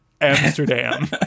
Amsterdam